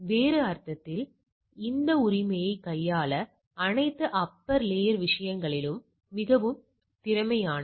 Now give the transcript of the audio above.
வேறு அர்த்தத்தில் இந்த உரிமையை கையாள அனைத்து அப்பர் லேயர் விஷயங்களிலும் மிகவும் திறமையானவை